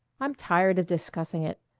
i'm tired of discussing it.